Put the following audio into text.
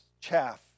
chaff